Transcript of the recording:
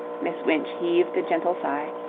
miss winch heaved a gentle sigh.